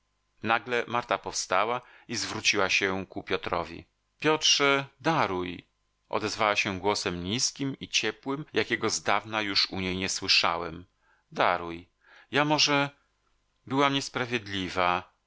nagle marta powstała i zwróciła się ku piotrowi piotrze daruj odezwała się głosem nizkim i ciepłym jakiego zdawna już u niej nie słyszałem daruj ja może byłam